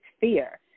fear